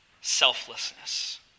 selflessness